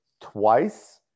Twice